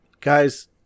guys